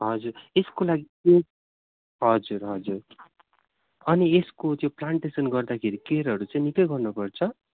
हजुर यसको लागि चाहिँ हजुर हजुर अनि यसको त्यो प्लान्टेसन गर्दाखेरि केयरहरू चाहिँ निक्कै गर्नुपर्छ